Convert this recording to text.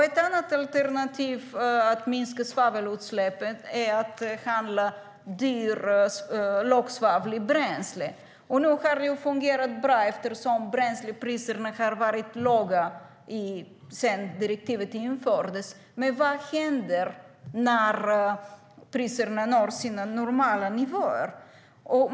Ett annat alternativ för att minska svavelutsläppen är att handla dyr lågsvavlig bränsle. Nu har det ju fungerat bra eftersom bränslepriserna har varit låga sedan direktivet infördes, men vad händer när priserna når sina normala nivåer?